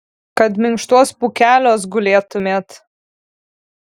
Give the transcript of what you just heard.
kad minkštuos pūkeliuos gulėtumėt